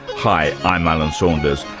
hi, i'm alan saunders,